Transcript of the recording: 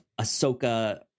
Ahsoka